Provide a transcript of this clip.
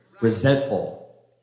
resentful